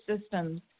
systems